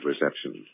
reception